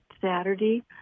Saturday